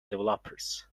developers